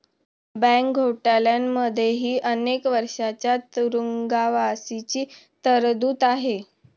bank घोटाळ्यांमध्येही अनेक वर्षांच्या तुरुंगवासाची तरतूद आहे